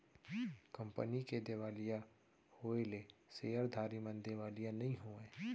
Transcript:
company के देवालिया होएले सेयरधारी मन देवालिया नइ होवय